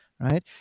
Right